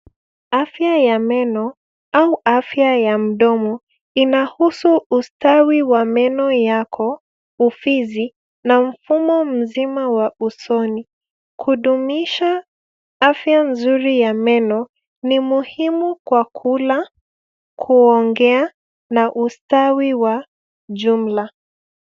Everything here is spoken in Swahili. Afya ya meno au afya ya mdomo inahusu ustawi wa meno yako, ufizi na mfumo mzima wa usoni. Kudumisha afya nzuri ya meno, ni muhimu kwa kula, kuongea na ustawi wa jumla.